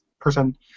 person